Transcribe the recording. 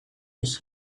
his